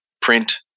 print